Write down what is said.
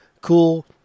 cool